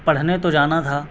پڑھنے تو جانا تھا